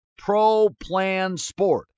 ProPlanSport